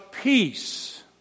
peace